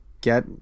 Get